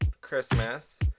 Christmas